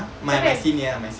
siapa yang